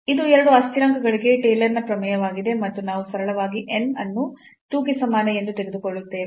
ಇದು ಎರಡು ಅಸ್ಥಿರಾಂಕಗಳಿಗೆ ಟೇಲರ್ ನ ಪ್ರಮೇಯವಾಗಿದೆ ಮತ್ತು ನಾವು ಸರಳತೆಗಾಗಿ n ಅನ್ನು 2 ಗೆ ಸಮಾನ ಎಂದು ತೆಗೆದುಕೊಳ್ಳುತ್ತೇವೆ